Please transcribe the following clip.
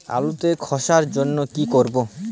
আলুতে ধসার জন্য কি করব?